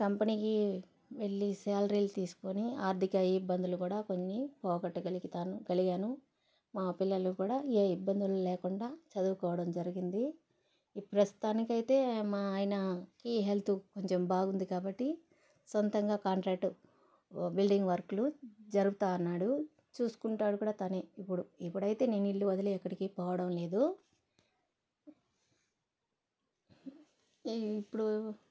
కంపెనీకి వెళ్ళి శాలరీలు తీసుకొని ఆర్థిక ఇబ్బందులు కూడా కొన్ని పోగొట్టకలుగుతాను కలిగాను మా పిల్లలు కూడా ఏ ఇబ్బందులు లేకుండా చదువుకోవడం జరిగింది ఈ ప్రస్తుతానికి అయితే మా ఆయనకి ఈ హెల్త్ కొంచెం బాగుంది కాబట్టి సొంతంగా కాంట్రాక్ట్లు బిల్డింగ్ వర్క్లు జరుపుతున్నాడు చూసుకుంటాడు కూడా తనే ఇప్పుడు ఇప్పుడు అయితే నేను ఇల్లు వదిలి ఎక్కడికి పోవడం లేదు ఇప్పుడు